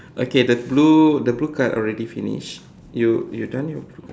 okay the blue the blue card already finish you you done your blue